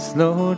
Slow